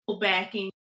backing